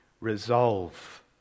resolve